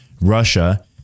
Russia